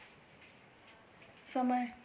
समय